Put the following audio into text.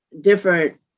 different